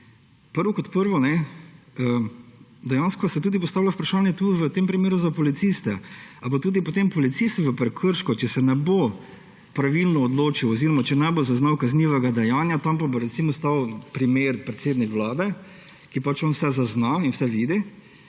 Prvo kot prvo, dejansko se tudi postavlja vprašanje tu v tem primeru za policiste. Ali bo tudi potem policist v prekršku, če se ne bo pravilno odločil oziroma če ne bo zaznal kaznivega dejanja, tam pa bo, recimo, stal premier, predsednik Vlade, ki pač vse zazna in vse vidi?